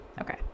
Okay